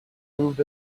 moved